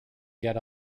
get